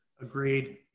Agreed